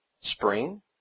spring